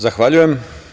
Zahvaljujem.